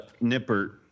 Nipper